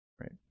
Right